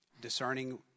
discerning